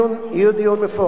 זה חוק שדורש